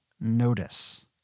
notice